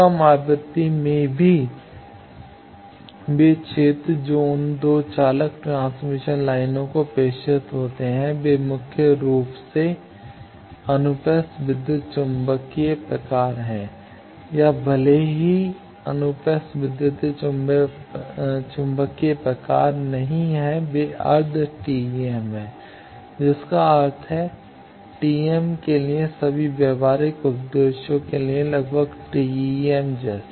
कम आवृत्ति में भी वे क्षेत्र जो उन 2 चालक ट्रांसमिशन लाइनों को प्रेषित होते हैं वे मुख्य रूप से अनुप्रस्थ विद्युत चुम्बकीय प्रकार हैं या भले ही अनुप्रस्थ विद्युत चुम्बकीय प्रकार नहीं हैं वे अर्ध TEM हैं जिसका अर्थ है TEM के लिए सभी व्यावहारिक उद्देश्यों के लिए लगभग TEM जैसे